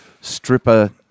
Stripper